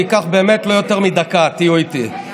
זה ייקח באמת לא יותר מדקה, תהיו איתי.